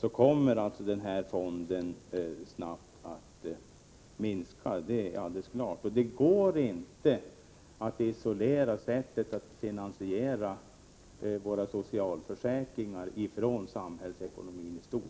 då kommer fonden snabbt att minska. Detta är alldeles klart. Det går inte att isolera sättet att finansiera våra socialförsäkringar från samhällsekonomin i stort.